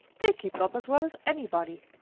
they keep up as well as anybody!